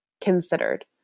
considered